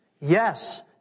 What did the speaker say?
Yes